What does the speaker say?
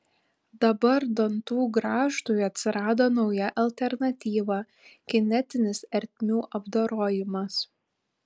dabar dantų grąžtui atsirado nauja alternatyva kinetinis ertmių apdorojimas